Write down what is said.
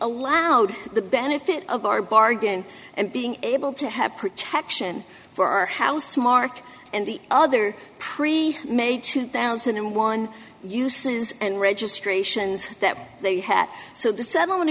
allowed the benefit of our bargain and being able to have protection for our house mark and the other pre made two thousand and one uses and registrations that they had so the settlement